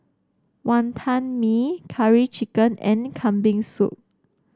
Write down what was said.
Wantan Mee Curry Chicken and Kambing Soup